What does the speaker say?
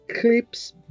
clips